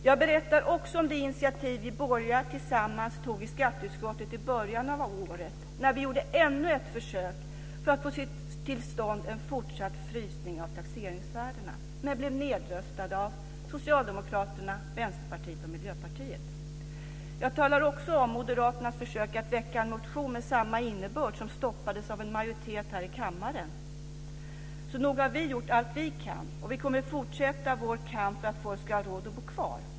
Jag berättar om det initiativ vi borgerliga tillsammans tog i skatteutskottet i början av året när vi gjorde ännu ett försök att få till stånd en fortsatt frysning av taxeringsvärdena - men blev nedröstade av Socialdemokraterna, Vänsterpartiet och Miljöpartiet. Jag talar också om Moderaternas försök att väcka en motion med samma innebörd, vilket stoppades av en majoritet här i kammaren. Så nog har vi gjort allt vi kan. Vi kommer också att fortsätta vår kamp för att folk ska ha råd att bo kvar.